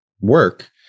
work